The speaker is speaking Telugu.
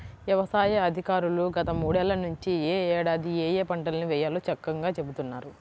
యవసాయ అధికారులు గత మూడేళ్ళ నుంచి యే ఏడాది ఏయే పంటల్ని వేయాలో చక్కంగా చెబుతున్నారు